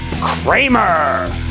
Kramer